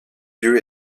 lieu